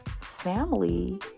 family